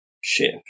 shift